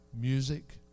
music